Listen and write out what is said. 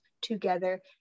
together